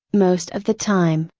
most of the time.